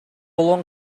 болгон